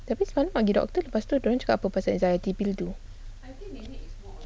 tapi selalu panggil doktor lepas tu dia orang cakap apa pasal anxiety pill tu